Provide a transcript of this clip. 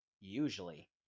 usually